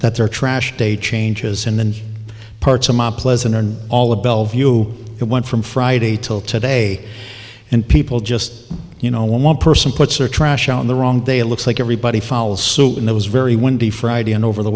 that they're trash day changes in the parts of mt pleasant and all of bellevue it went from friday till today and people just you know when one person puts their trash on the wrong day it looks like everybody follows suit and that was very windy friday and over the